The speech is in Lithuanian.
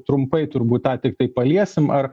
trumpai turbūt tą tiktai paliesim ar